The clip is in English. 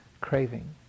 craving